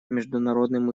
международным